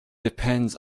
depends